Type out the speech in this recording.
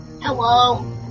Hello